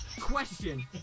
Question